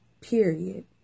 Period